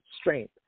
strength